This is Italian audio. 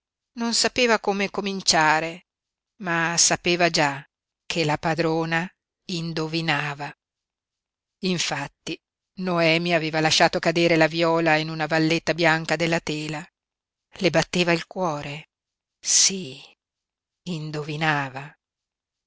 non sapeva come cominciare ma sapeva già che la padrona indovinava infatti noemi aveva lasciato cadere la viola in una valletta bianca della tela le batteva il cuore sí indovinava